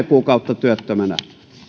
kuukautta työttömänä